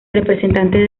representante